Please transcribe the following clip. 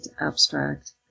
abstract